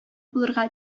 булырга